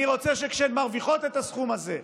אני רוצה שכשהן מרוויחות את הסכום הזה,